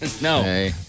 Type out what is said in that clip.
No